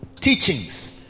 teachings